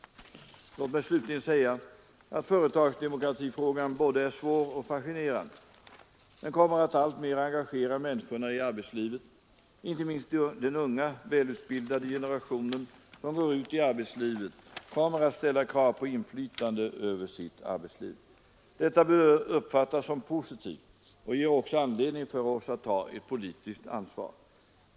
Låt mig slutligen säga att företagsdemokratifrågan är både svår och fascinerande. Den kommer att alltmer engagera människorna i arbetslivet. Inte minst den unga, välutbildade generationen, som går ut i arbetslivet, kommer att ställa krav på inflytande över sitt arbetsliv. Detta bör uppfattas som positivt och ger också anledning för oss att ta ett politiskt ansvar.